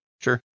Sure